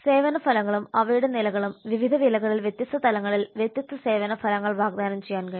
സേവന ഫലങ്ങളും അവയുടെ നിലകളും വിവിധ വിലകളിൽ വ്യത്യസ്ത തലങ്ങളിൽ വ്യത്യസ്ത സേവന ഫലങ്ങൾ വാഗ്ദാനം ചെയ്യാൻ കഴിയും